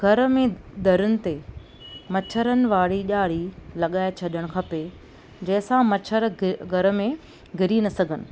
घर में दरीयुनि ते मच्छरनि वारी ॼारी लॻाए छॾणु खपे जंहिंसां मच्छर घर में घिरी न सघनि